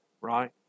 Right